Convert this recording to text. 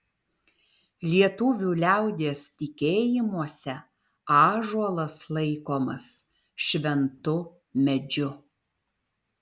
lietuvių liaudies tikėjimuose ąžuolas laikomas šventu medžiu